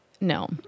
No